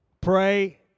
Pray